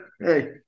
hey